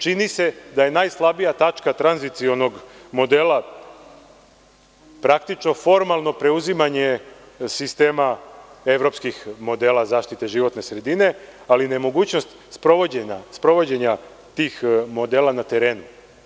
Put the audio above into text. Čini se da je najslabija tačka tranzicionog modela praktično formalno preuzimanje sistema evropskih modela zaštite životne sredine, ali i nemogućnost sprovođenja tih modela na terenu.